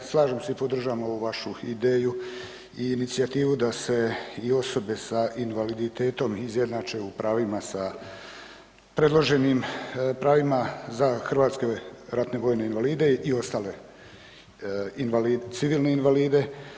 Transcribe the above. Slažem se i podržavam ovu vašu ideju i inicijativu da se i osobe s invaliditetom izjednače u pravima sa predloženom pravima za hrvatske ratne vojne invalide i civilne invalide.